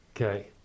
okay